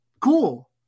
cool